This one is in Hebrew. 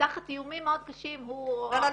ותחת איומים מאוד קשים או הפחדה --- לא,